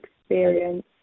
experience